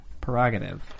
Prerogative